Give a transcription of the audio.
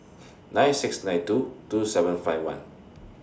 nine six nine two two seven five one